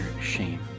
shame